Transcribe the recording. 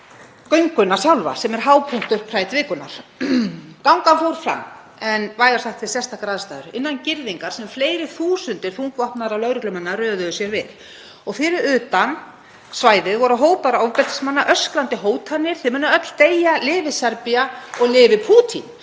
gönguna sjálfa sem er hápunktur Pride-vikunnar. Gangan fór fram en vægast sagt við sérstakar aðstæður, innan girðingar sem fleiri þúsundir þungvopnaðir lögreglumenn röðuðu sér við og fyrir utan svæðið voru hópar ofbeldismanna, öskrandi hótanir: Þið munuð öll deyja, lifi Serbía og lifi Pútín.